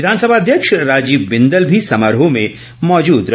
विघानसभा अध्यक्ष राजीव बिंदल भी समारोह में मौजूद रहे